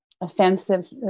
offensive